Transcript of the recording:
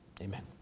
Amen